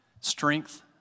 strength